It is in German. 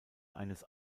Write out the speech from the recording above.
eines